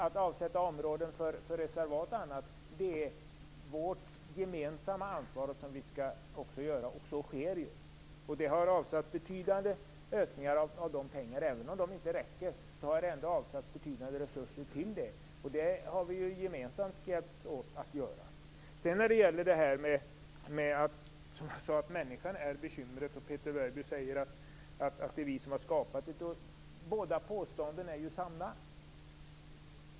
Att avsätta områden för reservat och annat är ett gemensamt ansvar som vi skall ta, och så sker ju. Det har gjorts betydande ökningar av resurser för detta. Även om de inte räcker, så har det ändå avsatts betydande resurser till detta, vilket vi gemensamt har hjälpts åt att göra. Som jag sade är människan bekymret och Peter Weibull Bernström sade att det är vi som har skapat det. Båda påståendena är ju sanna.